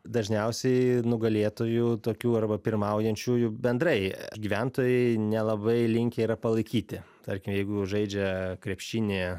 dažniausiai nugalėtojų tokių arba pirmaujančiųjų bendrai gyventojai nelabai linkę yra palaikyti tarkim jeigu žaidžia krepšinį